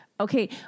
okay